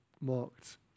marked